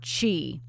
chi